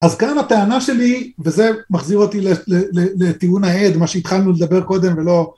אז גם הטענה שלי, וזה מחזיר אותי לטיעון העד, מה שהתחלנו לדבר קודם ולא